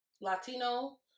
Latino